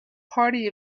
party